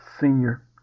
Senior